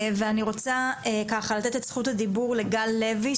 אני רוצה לתת את זכות הדיבור לגל לוי,